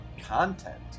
content